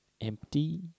empty